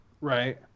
Right